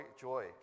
joy